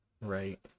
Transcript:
Right